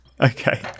Okay